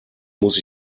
muss